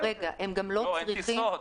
אין טיסות.